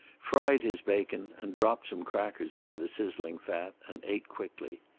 fried his bacon and dropped some crackers into the sizzling fat, and ate quickly.